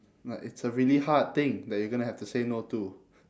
but it's a really hard thing that you're gonna have to say no to